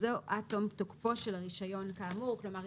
וזאת עד תום תוקפו של הרישיון האמור" כלומר,